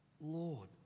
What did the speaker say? Lord